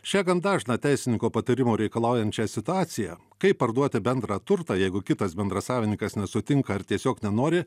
šią gan dažną teisininko patarimo reikalaujančią situaciją kaip parduoti bendrą turtą jeigu kitas bendrasavininkas nesutinka ar tiesiog nenori